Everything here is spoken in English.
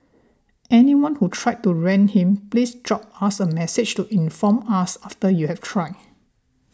anyone who tried to rent him please drop us a message to inform us after you've tried